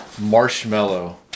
marshmallow